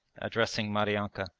addressing maryanka.